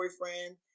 boyfriend